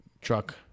truck